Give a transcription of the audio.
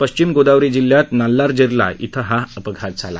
पश्चिम गोदावरी जिल्ह्यात नाल्लाजेरला इथं हा अपघात झाला